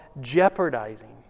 jeopardizing